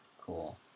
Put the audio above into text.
cool